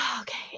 okay